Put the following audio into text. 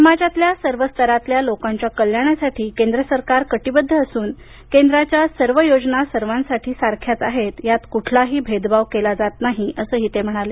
समाजातल्या सर्व स्तरातल्या लोकांच्या कल्याणासाठी केंद्र सरकार कटिबद्ध असून केंद्राच्या सर्व योजना सर्वांसाठी सारख्याच आहेत यात कुठलाही भेदभाव केला जात नाही असं ते म्हणाले